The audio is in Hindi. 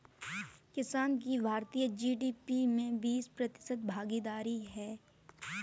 किसान की भारतीय जी.डी.पी में बीस प्रतिशत भागीदारी है